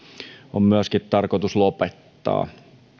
on myöskin tarkoitus lopettaa